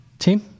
Team